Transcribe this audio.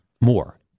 more